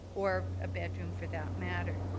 or a bedroom for that matter.